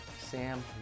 Sam